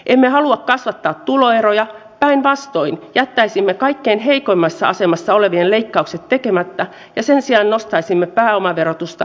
emme halua kasvattaa tuloeroja päinvastoin jättäisimme kaikkein heikoimmassa olevien leikkaukset tekemättä ja sen sijaan nostaisimme pääomaverotusta ja solidaarisuusveroa